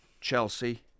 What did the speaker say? Chelsea